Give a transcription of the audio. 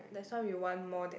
that's why we want more than